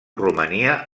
romania